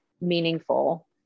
meaningful